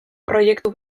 proiektu